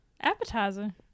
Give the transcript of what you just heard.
Appetizer